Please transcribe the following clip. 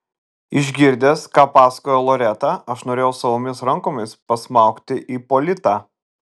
išgirdęs ką pasakojo loreta aš norėjau savomis rankomis pasmaugti ipolitą